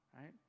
right